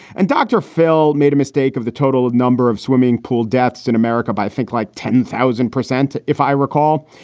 and dr. phil made a mistake of the total number of swimming pool deaths in america. i think like ten thousand percent, if i recall.